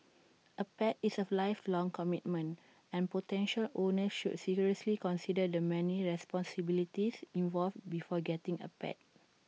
A pet is A lifelong commitment and potential owners should seriously consider the many responsibilities involved before getting A pet